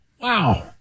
Wow